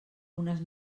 unes